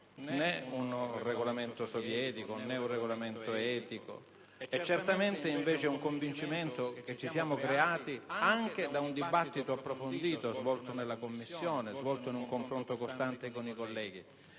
né un regolamento sovietico né etico. Certamente, invece, è un convincimento che ci siamo creati anche da un dibattito approfondito svolto in Commissione, in un confronto costante con i colleghi.